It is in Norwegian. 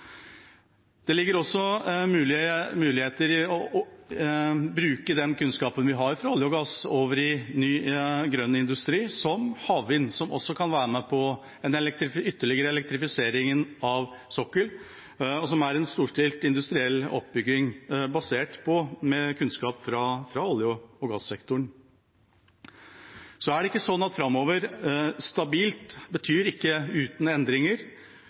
Det ligger også muligheter i å bruke den kunnskapen vi har fra olje og gass, over i ny, grønn industri, som havvind, som også kan være med på en ytterligere elektrifisering av sokkelen, og som er en storstilt industriell oppbygging, med kunnskap fra olje- og gassektoren. Så vil det ikke være sånn framover at «stabilt» betyr «uten endringer». «Langsiktighet» betyr ikke